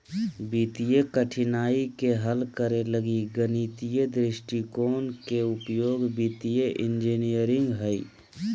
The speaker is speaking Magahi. वित्तीय कठिनाइ के हल करे लगी गणितीय दृष्टिकोण के उपयोग वित्तीय इंजीनियरिंग हइ